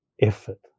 effort